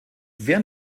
während